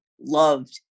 loved